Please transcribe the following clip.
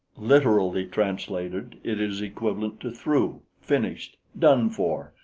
literally translated, it is equivalent to through, finished, done-for,